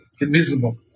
invisible